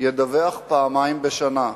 ידווח פעמיים בשנה,